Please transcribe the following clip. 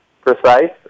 precise